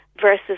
versus